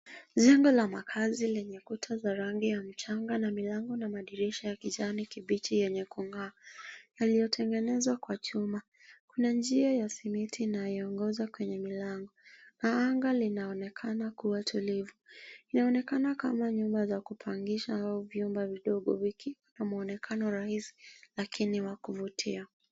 Jengo la makaazi lenye kuta za rangi ya mchanga na milango na madirisha ya kijani kibichi yenye kung'aa yaliyotengenezwa kwa chuma. Kuna njia ya simiti inayoongoza kwenye milango na anga linaonekana kuwa tulivu. Inaonekana kama nyumba za kupangisha au vyumba vidogo vikiwa na mwonekano rahisi, lakini wa kuvutia.